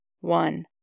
One